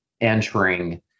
entering